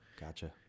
Gotcha